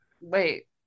wait